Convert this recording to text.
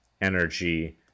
energy